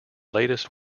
latest